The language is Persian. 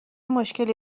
مشکلی